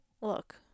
look